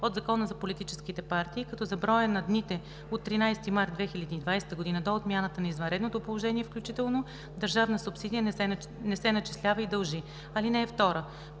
от Закона за политическите партии, като за броя на дните от 13 март 2020 г. до отмяната на извънредното положение включително държавна субсидия не се начислява и дължи. (2) По